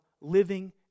living